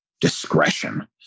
discretion